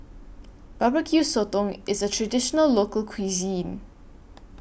Barbecue Sotong IS A Traditional Local Cuisine